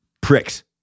pricks